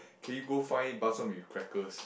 can we go find bak-chor-mee with crackers